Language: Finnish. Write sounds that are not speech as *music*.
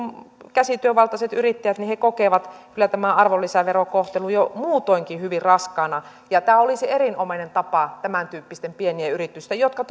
käsityövaltaiset yrittäjät kokevat tämän arvonlisäverokohtelun jo muutoinkin hyvin raskaana tämä olisi erinomainen tapa auttaa tämän tyyppisten pienien yritysten jotka *unintelligible*